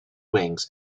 wings